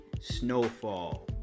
Snowfall